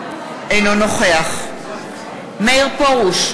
אינו נוכח מאיר פרוש,